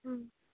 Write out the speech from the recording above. ꯑꯥ